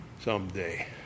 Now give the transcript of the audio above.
someday